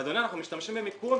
אדוני, אנחנו משתמשים במיכון.